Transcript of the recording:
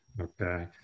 Okay